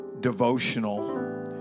devotional